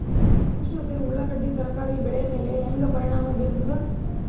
ಉಷ್ಣತೆ ಉಳ್ಳಾಗಡ್ಡಿ ತರಕಾರಿ ಬೆಳೆ ಮೇಲೆ ಹೇಂಗ ಪರಿಣಾಮ ಬೀರತದ?